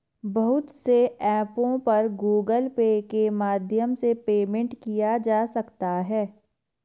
बहुत से ऐपों पर गूगल पे के माध्यम से पेमेंट किया जा सकता है